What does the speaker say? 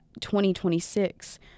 2026